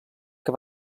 que